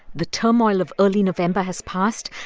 the turmoil of early november has passed,